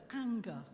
anger